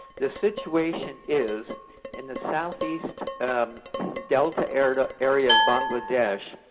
the situation is in the southeast delta area area of bangladesh,